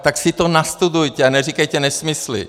Tak si to nastudujte a neříkejte nesmysly!